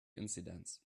incidents